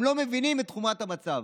הם לא מבינים את חומרת המצב.